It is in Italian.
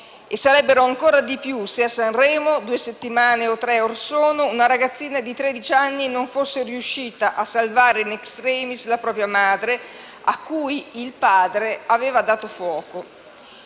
E sarebbero ancora di più se, a Sanremo, due settimane or sono, una ragazzina di tredici anni non fosse riuscita a salvare *in extremis* la propria madre, a cui il padre aveva dato fuoco.